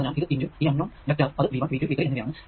അതിനാൽ ഇത് x ഈ അൺ നോൺ വെക്റ്റർ അത് V1 V2 V3 എന്നിവ ആണ്